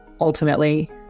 ultimately